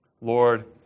Lord